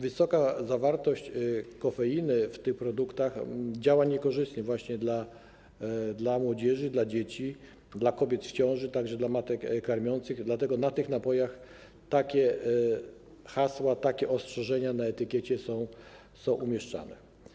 Wysoka zawartość kofeiny w tych produktach działa niekorzystnie właśnie na młodzież, na dzieci, na kobiety w ciąży, także na matki karmiące, dlatego na tych napojach takie hasła, takie ostrzeżenia na etykiecie są umieszczane.